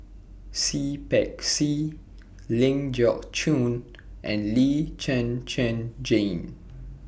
Seah Peck Seah Ling Geok Choon and Lee Zhen Zhen Jane